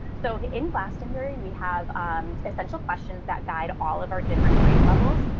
so in glastonbury, we have essential questions that guide all of our different grade levels.